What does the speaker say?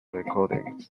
recordings